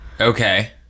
okay